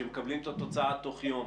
כשמקבלים את התוצאה בתוך יום,